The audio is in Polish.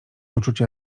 uczucia